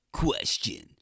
question